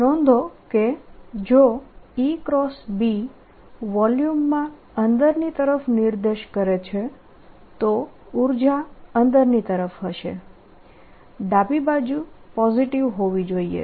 નોંધો કે જો EB વોલ્યુમમાં અંદરની તરફ નિર્દેશ કરે છે તો ઉર્જા અંદરની તરફ હશે ડાબી બાજુ પોઝીટીવ હોવી જોઈએ